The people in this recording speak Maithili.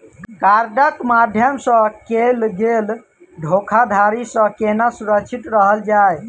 कार्डक माध्यम सँ कैल गेल धोखाधड़ी सँ केना सुरक्षित रहल जाए?